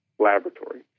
laboratory